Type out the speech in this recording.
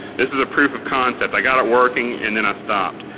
this is a proof of concept. i got it working and then i stopped.